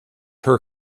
her